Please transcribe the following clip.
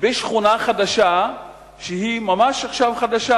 בשכונה חדשה שהיא ממש עכשיו חדשה,